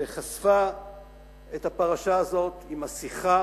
שחשפה את הפרשה הזאת של השיחה.